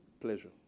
pleasure